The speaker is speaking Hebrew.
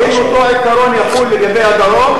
אם אותו עיקרון יחול לגבי הדרום,